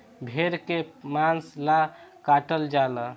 भेड़ के मांस ला काटल जाला